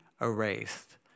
erased